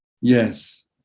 Yes